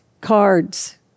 cards